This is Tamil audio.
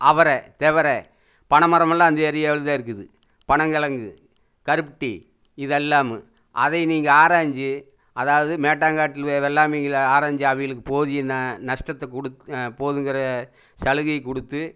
அவரை துவர பனைமரமலாம் அந்த ஏரியாவில் தான் இருக்குது பனங்கிழங்கு கருப்பட்டி இதெல்லாமும் அதை நீங்கள் ஆராய்ஞ்சு அதாவது மேட்டாங்காட்டு வெள்ளாமைகளை ஆராய்ஞ்சு அவிகளுக்கு போதிய நஷ்ட்டத்த போதுங்கற சலுகை கொடுத்து